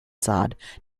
sod